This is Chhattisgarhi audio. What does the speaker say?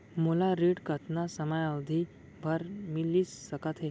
मोला ऋण कतना समयावधि भर मिलिस सकत हे?